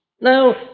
Now